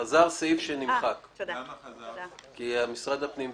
וחזר כי משרד הפנים ביקש.